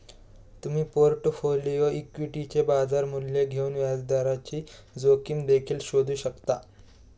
तुम्ही पोर्टफोलिओ इक्विटीचे बाजार मूल्य घेऊन व्याजदराची जोखीम देखील शोधू शकता